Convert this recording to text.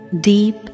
deep